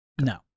No